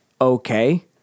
okay